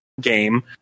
game